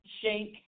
shake